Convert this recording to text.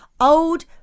old